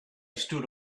stood